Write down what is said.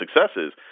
successes